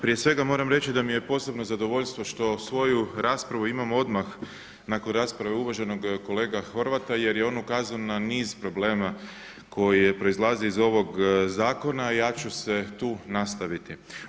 Prije svega moram reći da mi je posebno zadovoljstvo što svoju raspravu imam odmah nakon rasprave uvaženog kolege Horvata jer je on ukazao na niz problema koje proizlaze iz ovog zakona, ja ću se tu nastaviti.